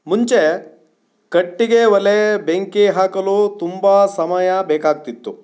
ಮುಂಚೆ ಕಟ್ಟಿಗೆ ಒಲೆ ಬೆಂಕಿ ಹಾಕಲು ತುಂಬ ಸಮಯ ಬೇಕಾಗ್ತಿತ್ತು